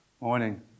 Morning